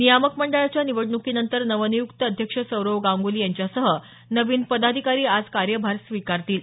नियामक मंडळाच्या निवडण्कीनंतर नवनियुक्त अध्यक्ष सौरव गांगुली यांच्यासह नवीन पदाधिकारी आज कार्यभार स्वीकारतील